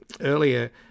Earlier